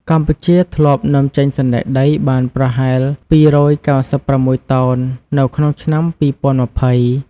កម្ពុជាធ្លាប់នាំចេញសណ្តែកដីបានប្រហែល ២៩៦ តោននៅក្នុងឆ្នាំ ២០២០។